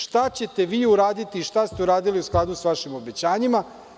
Šta ćete vi uraditi i šta ste uradili u skladu sa vašim obećanjima?